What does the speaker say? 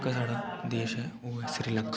जेह्का साढ़ा देश ऐ ओह् ऐ श्रीलंका